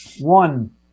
One